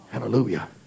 Hallelujah